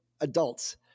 adults